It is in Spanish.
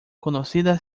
conocida